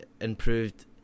improved